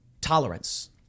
Tolerance